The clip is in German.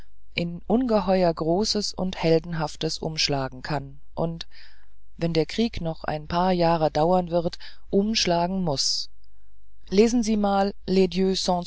in ungeheuer großes und heldenhaftes umschlagen kann und wenn der krieg noch ein paar jahre dauern wird umschlagen muß lesen sie mal